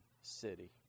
city